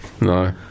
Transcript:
No